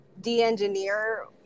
de-engineer